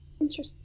Interesting